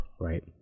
right